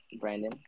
Brandon